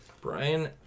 Brian